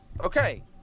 Okay